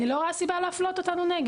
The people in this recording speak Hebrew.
אני לא רואה סיבה להפלות אותנו.